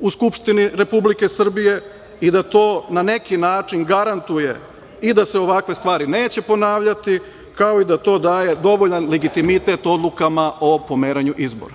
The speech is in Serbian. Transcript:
u Skupštini Republike Srbije i da to na neki način garantuje i da se ovakve stvari neće ponavljati, kao i da to daje dovoljan legitimitet odlukama o pomeranju izbora.